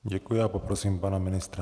Děkuji a poprosím pana ministra.